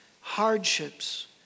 hardships